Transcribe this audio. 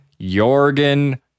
Jorgen